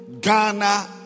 Ghana